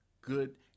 good